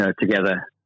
together